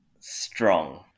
strong